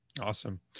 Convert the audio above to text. Awesome